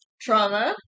trauma